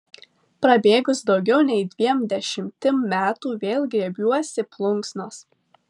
prabėgus daugiau nei dviem dešimtim metų vėl griebiuosi plunksnos